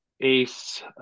ACE